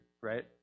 right